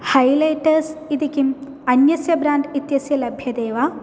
highlighters इति किम् अन्यस्य ब्राण्ड् इत्यस्य लभ्यते वा